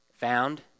found